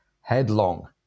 headlong